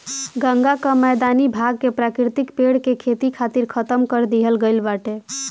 गंगा कअ मैदानी भाग के प्राकृतिक पेड़ के खेती खातिर खतम कर दिहल गईल बाटे